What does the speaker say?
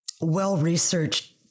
well-researched